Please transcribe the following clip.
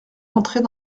entrer